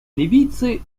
ливийцы